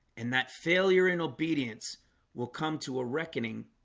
and that failure in obedience will come to a reckoning